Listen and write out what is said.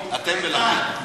אתם ולפיד.